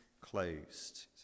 closed